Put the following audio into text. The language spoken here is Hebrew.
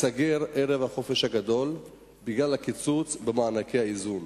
ייסגר ערב החופש הגדול בגלל הקיצוץ במענקי האיזון.